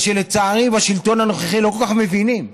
מה שלצערי בשלטון הנוכחי לא כל כך מבינים.